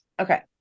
Okay